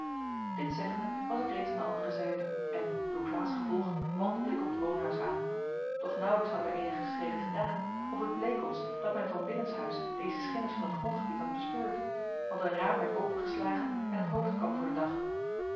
dit zeggende was ik reeds aan de andere zijde en door klaas gevolgd wandelde ik op het woonhuis aan doch nauwelijks hadden wij eenige schreden gedaan of het bleek ons dat men van binnenshuis deze schennis van het grondgebied had bespeurd want een raam werd opengeslagen en een hoofd kwam voor den dag